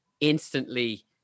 instantly